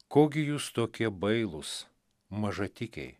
ko gi jūs tokie bailūs mažatikiai